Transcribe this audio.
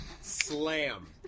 Slam